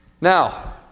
Now